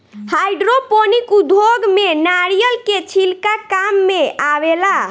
hydroponic उद्योग में नारिलय के छिलका काम मेआवेला